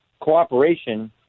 cooperation